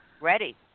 Ready